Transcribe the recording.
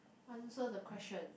answer the question